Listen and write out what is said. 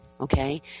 okay